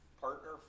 partner